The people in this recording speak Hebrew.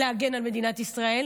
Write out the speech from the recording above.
כדי להגן על מדינת ישראל?